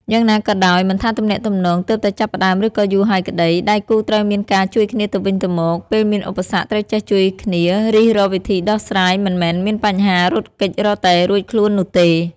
យ៉ាងណាកីដោយមិនថាទំនាក់ទំនងទើបតែចាប់ផ្តើមឬក៏យូរហើយក្តី ដៃគូរត្រូវមានការជួយគ្នាទៅវិញទៅមក ពេលមានឧបសគ្គត្រូវចេះជួយគ្នារិះរកវិធីដោះស្រាយមិនមែនមានបញ្ហារត់គេចរកតែរួចខ្លួននោះទេ។